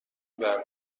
برمی